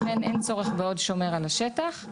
לכן, אין צורך בעוד שומר על השטח.